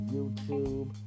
YouTube